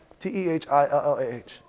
T-E-H-I-L-L-A-H